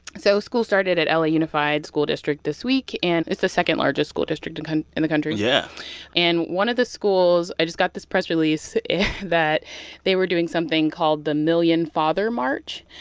so school started at la unified school district this week, and it's the second-largest school district and kind of in the country yeah and one of the schools i just got this press release that they were doing something called the million father march